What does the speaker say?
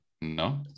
No